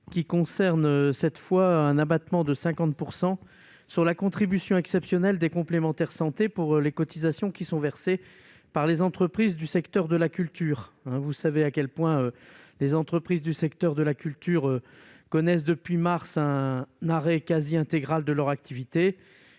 vise à instituer un abattement de 50 % sur la contribution exceptionnelle des complémentaires de santé pour les cotisations qui sont versées par les entreprises du secteur de la culture. Vous savez à quel point les entreprises de ce secteur connaissent depuis le mois de mars dernier un arrêt quasi intégral de leur activité.